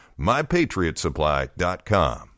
MyPatriotsupply.com